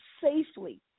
safely